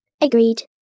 Agreed